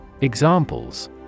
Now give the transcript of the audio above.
Examples